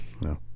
No